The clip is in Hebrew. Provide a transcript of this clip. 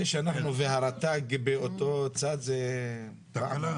זה שאנחנו והרט"ג באותו צד זה משהו.